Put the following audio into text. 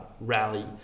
Rally